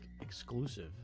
exclusive